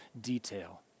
detail